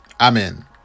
Amen